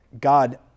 God